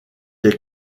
est